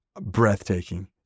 breathtaking